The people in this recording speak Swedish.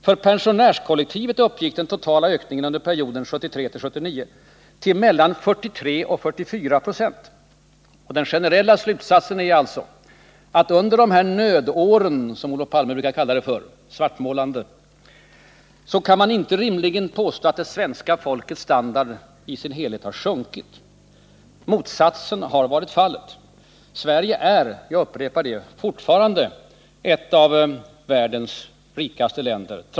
För pensionärskollektivet uppgick den totala ökningen under perioden 1973-1979 till mellan 43 och 44 96. Den generella slutsatsen är alltså att under de här ”nödåren”, som Olof Palme — svartmålande — brukar kalla dem, kan man inte rimligen påstå att det svenska folkets standard i sin helhet har sjunkit. Motsatsen har varit fallet. Sverige är — jag upprepar det — fortfarande ett av världens rikaste länder.